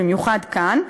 במיוחד כאן,